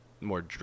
more